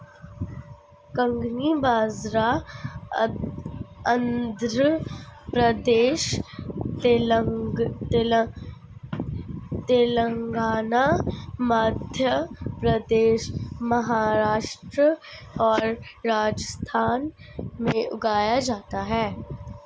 कंगनी बाजरा आंध्र प्रदेश, तेलंगाना, मध्य प्रदेश, महाराष्ट्र और राजस्थान में उगाया जाता है